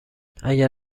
اگه